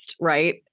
right